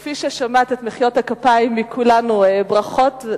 וכפי ששמעת את מחיאות הכפיים מכולנו, ברכות.